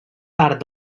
part